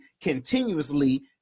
continuously